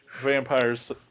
vampires